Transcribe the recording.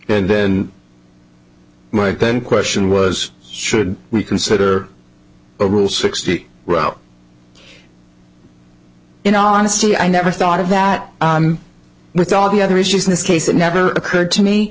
and then my question was should we consider a rule sixty route in all honesty i never thought of that with all the other issues in this case it never occurred to me